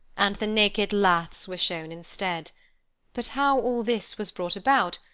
and the naked laths were shown instead but how all this was brought about,